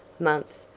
month,